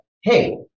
Hey